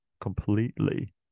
completely